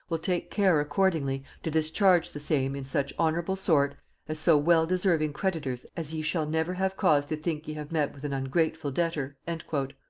will take care accordingly to discharge the same in such honorable sort as so well deserving creditors as ye shall never have cause to think ye have met with an ungrateful debtor. and